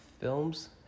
films